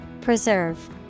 Preserve